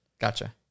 gotcha